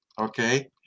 Okay